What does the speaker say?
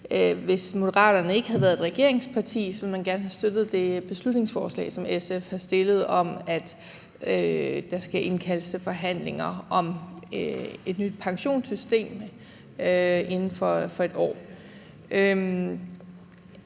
hvis Moderaterne ikke havde været et regeringsparti, ville man gerne have støttet det beslutningsforslag, som SF har fremsat, om, at der inden for et år skal indkaldes til forhandlinger om et nyt pensionssystem. Nu har